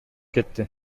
кетти